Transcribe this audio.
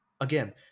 again